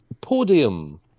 Podium